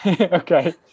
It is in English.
Okay